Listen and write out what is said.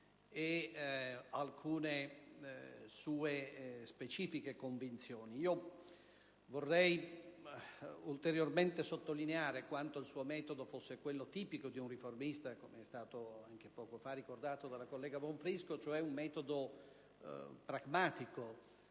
e alcune sue specifiche convinzioni. Io vorrei ulteriormente sottolineare quanto il suo metodo fosse quello tipico di un riformista, come è stato poco fa ricordato dalla collega Bonfrisco, cioè un metodo pragmatico